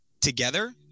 together